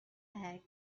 egg